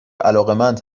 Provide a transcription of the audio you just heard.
علاقمند